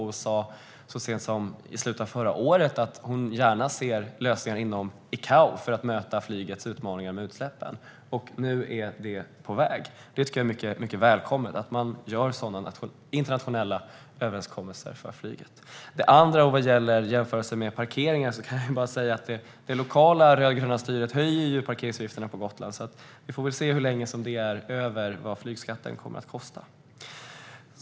Hon sa så sent som i slutet av förra året att hon gärna ser lösningar inom ICAO för att möta flygets utmaningar med utsläppen, och nu är det på väg. Jag tycker att det är mycket välkommet att man sluter sådana internationella överenskommelser för flyget. För det andra kan jag när det gäller jämförelser med parkering bara säga att det lokala rödgröna styret ju höjer parkeringsavgifterna på Gotland, så vi får väl se hur länge de ligger över vad flygskatten kommer att kosta.